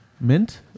Mint